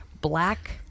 black